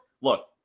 look